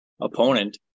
opponent